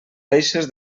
deixes